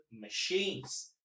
machines